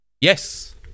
Yes